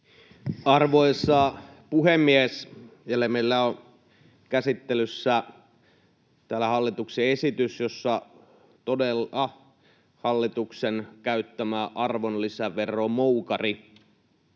Arvoisa puhemies! Meillä on käsittelyssä täällä hallituksen esitys, jossa hallituksen käyttämä arvonlisäveromoukari